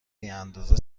بیاندازه